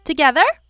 Together